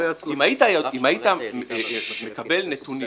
אם היית מקבל נתונים